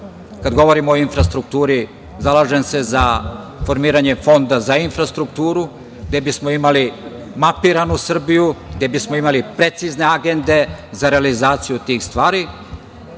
Kada govorimo o infrastrukturi, zalažem se za formiranje fonda za infrastrukturu da bismo imali mapiranu Srbiju, gde bismo imali precizne agende za realizaciju tih stvari.